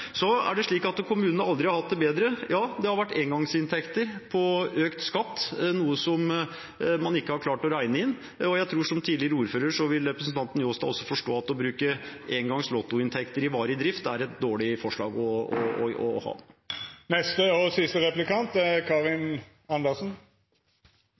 at kommunene aldri har hatt det bedre: Ja, det har vært engangsinntekter på økt skatt, noe som man ikke har klart å regne inn. Jeg tror at som tidligere ordfører vil representanten Njåstad også forstå at å bruke engangs lottoinntekter i varig drift er et dårlig forslag å ha. Jeg vil bruke anledningen til å invitere Arbeiderpartiet til å være med og